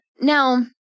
Now